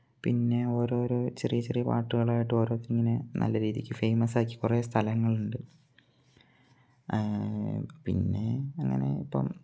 പിന്നെ ഓരോ ഓരോ ചെറിയ ചെറിയ പാർട്ടുകളായിട്ട് ഓരോത്തർ ഇങ്ങനെ നല്ല രീതിക്ക് ഫേമസ് ആക്കി കുറേ സ്ഥലങ്ങൾ ഉണ്ട് പിന്നെ അങ്ങനെ ഇപ്പം